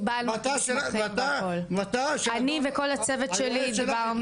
קיבלנו את הכול, אני וכל הצוות שלי דיברנו.